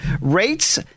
rates